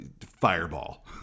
fireball